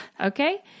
okay